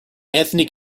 anthony